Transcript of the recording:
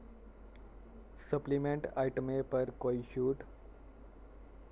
supplement आइटमें पर कोई छूट